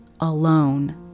alone